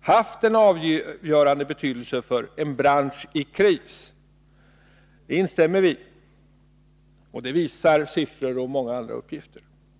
har haft en avgörande betydelse för en bransch i kris. Det visar siffror och många andra uppgifter.